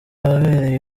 ahabereye